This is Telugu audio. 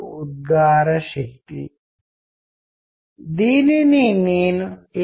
ఒకవేళ మరణిస్తే ఆ వ్యక్తి మనతో కమ్యూనికేట్ చేసే పరిస్థితి ఉండదు